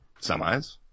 semis